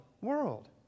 world